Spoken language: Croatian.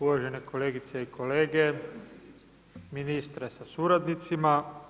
Uvažene kolegice i kolege, ministre sa suradnicima.